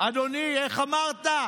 אדוני, איך אמרת?